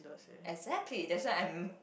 exactly that's why I'm